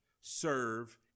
serve